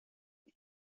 est